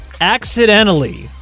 accidentally